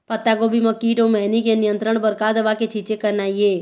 पत्तागोभी म कीट अऊ मैनी के नियंत्रण बर का दवा के छींचे करना ये?